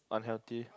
unhealthy